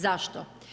Zašto?